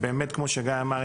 כמו שגיא אמר,